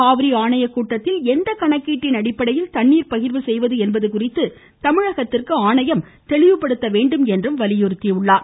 காவிரி ஆணையக்கூட்டத்தில் எந்த கணக்கீட்டின் அடிப்படையில் தண்ணீர பகிர்வு செய்வது என்பது சுகறித்து தமிழகத்திற்கு சு ஆணையம் தெளிவுபடுத்த வேண்டும் என்று வலியுறுத்தியுள்ளார்